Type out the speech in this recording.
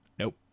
Nope